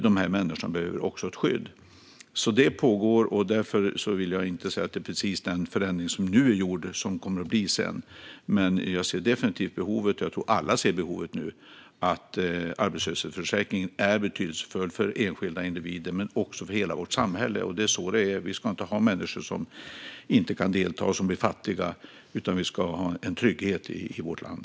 Även dessa människor behöver ett skydd. Ett arbete pågår. Därför vill jag inte säga att den förändring som nu är gjord är precis den som sedan kommer att finnas. Men jag ser definitivt behovet - det tror jag att alla gör nu - och att arbetslöshetsförsäkringen är betydelsefull för enskilda individer men också för hela vårt samhälle. Det är så det ska vara. Vi ska inte ha människor som inte kan delta och som är fattiga, utan vi ska ha en trygghet i vårt land.